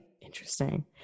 Interesting